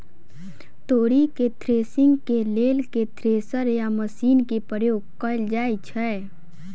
तोरी केँ थ्रेसरिंग केँ लेल केँ थ्रेसर या मशीन केँ प्रयोग कैल जाएँ छैय?